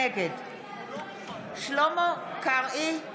נגד שלמה קרעי,